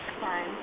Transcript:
Fine